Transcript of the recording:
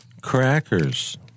crackers